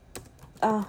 ah